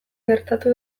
gertatu